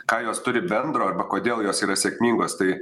ką jos turi bendro arba kodėl jos yra sėkmingos tai